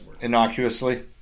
innocuously